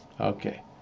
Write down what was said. Okay